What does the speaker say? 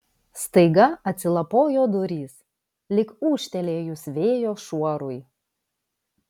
staiga atsilapojo durys lyg ūžtelėjus vėjo šuorui